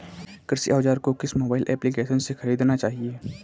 कृषि औज़ार को किस मोबाइल एप्पलीकेशन से ख़रीदना चाहिए?